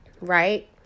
Right